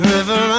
River